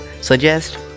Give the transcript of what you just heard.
suggest